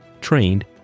trained